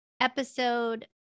Episode